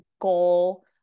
goal